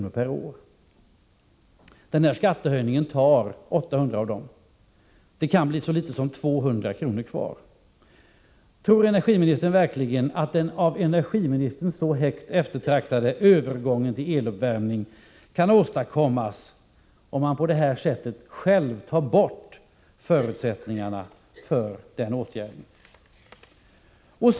per år. Den här skattehöjningen tar 800 av dem. Det kan bli så litet som 200 kr. kvar. Tror energiministern verkligen att den av energiministern så eftertraktade övergången till eluppvärmning kan åstadkommas om man på det här sättet själv tar bort förutsättningarna för den åtgärden?